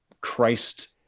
Christ